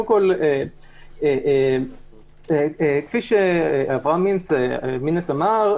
כפי שאברהם מינס אמר,